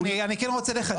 אני כן רוצה לחדד.